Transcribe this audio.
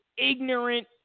Ignorant